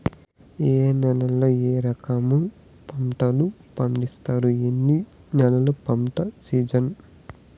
ఏ నేలల్లో ఏ రకము పంటలు పండిస్తారు, ఎన్ని నెలలు పంట సిజన్?